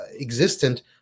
existent